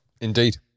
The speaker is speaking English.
Indeed